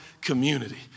community